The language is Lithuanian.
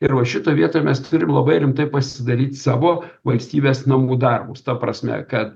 ir va šitoj vietoj mes turim labai rimtai pasidaryt savo valstybės namų darbus ta prasme kad